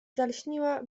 zalśniła